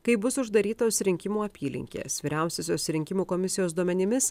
kai bus uždarytos rinkimų apylinkės vyriausiosios rinkimų komisijos duomenimis